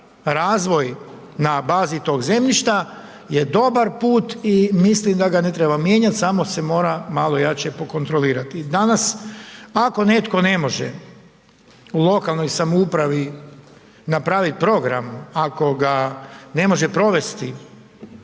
razvoj na bazi tog zemljišta je dobar put i mislim da ga ne treba mijenjati samo se mora malo jače pokontrolirati. Danas ako netko ne može u lokalnoj samoupravi napraviti program, ako ga ne može provesti